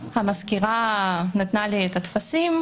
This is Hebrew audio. המזכירה נתנה לי את הטפסים,